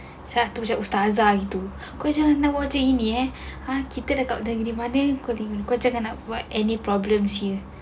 satu macam ustazah itu kau jangan nak buat macam ini ya kalau kita dekat dia punya mother calling calling kau jangan nak buat any problem sia